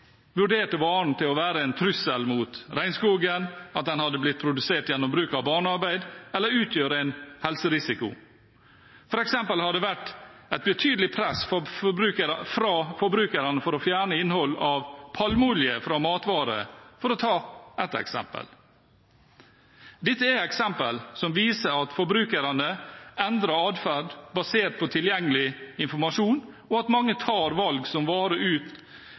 vurderte varen til å være en trussel mot regnskogen, at den hadde blitt produsert gjennom bruk av barnearbeid eller utgjør en helserisiko. For eksempel har det vært et betydelig press fra forbrukerne for å fjerne innhold av palmeolje fra matvarer. Dette er eksempel som viser at forbrukerne endrer adferd basert på tilgjengelig informasjon, og at mange tar valg om varer ut